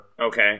okay